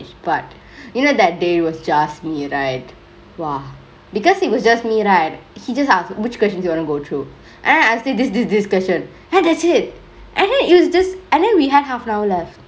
but you know that day was just me right !wah! because it was just me right he just asked which questions you wanna go through and then I say this this this question then that's it and then it was just and then we had half an now left